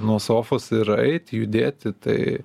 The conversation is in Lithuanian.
nuo sofos ir eiti judėti tai